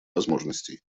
возможностей